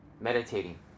meditating